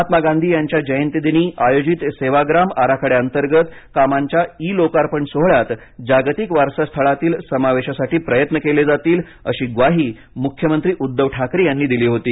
महात्मा गांधी यांच्या जयंतीदिनी आयोजित सेवाग्राम आराखड्यांतर्गत कामांच्या ई लोकार्पण सोहळ्यात जागतिक वारसा स्थळातील समावेशासाठी प्रयत्न केले जातील अशी ग्वाही मुख्यमंत्री उद्धव ठाकरे यांनी दिली होती